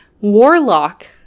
Warlock